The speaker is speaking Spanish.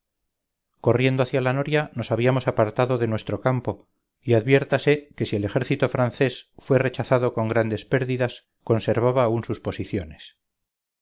corriendo hacia la noria nos habíamos apartado de nuestro campo y adviértase que si el ejército francés fue rechazado con grandes pérdidas conservaba aún sus posiciones